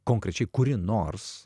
konkrečiai kuri nors